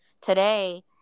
today